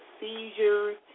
seizures